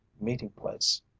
meeting-place